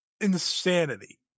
Insanity